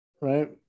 right